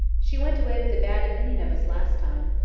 she went away with a bad opinion of us last time,